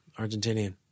Argentinian